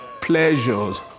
pleasures